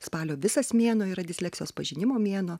spalio visas mėnuo yra disleksijos pažinimo mėnuo